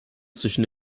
zwischen